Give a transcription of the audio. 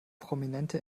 prominente